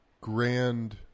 grand